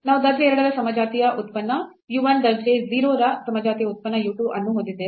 ನಾವು ದರ್ಜೆ 2 ರ ಸಮಜಾತೀಯ ಉತ್ಪನ್ನ u 1 ದರ್ಜೆ 0 ರ ಸಮಜಾತೀಯ ಉತ್ಪನ್ನ u 2 ಅನ್ನು ಹೊಂದಿದ್ದೇವೆ